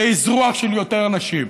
זה אזרוח של יותר אנשים: